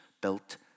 built